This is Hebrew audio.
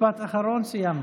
משפט אחרון וסיימנו.